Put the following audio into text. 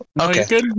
okay